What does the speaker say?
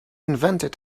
invented